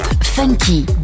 Funky